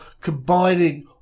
combining